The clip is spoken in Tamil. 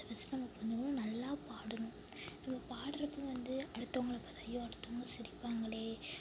அதை வச்சு நல்லா பாடணும் நம்ம பாடுகிறப்ப வந்து அடுத்தவங்கள பற்றியும் அடுத்தவங்க சிரிப்பாங்களே